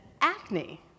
acne